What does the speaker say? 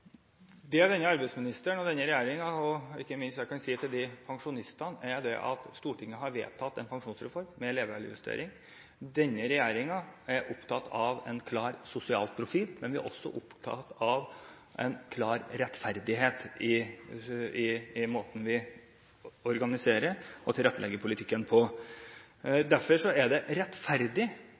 det? Det denne arbeidsministeren og denne regjeringen kan si til de pensjonistene, er at Stortinget har vedtatt en pensjonsreform med levealdersjustering. Denne regjeringen er opptatt av en klar sosial profil, men vi er også opptatt av en klar rettferdighet i måten vi organiserer og tilrettelegger politikken på. Derfor er det rettferdig